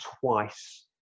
twice